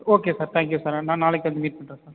okay sir thank you sir நான் நாளைக்கு வந்து மீட் பண்ணுறன் சார்